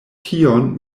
tion